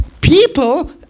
people